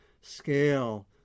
scale